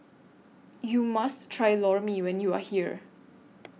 YOU must Try Lor Mee when YOU Are here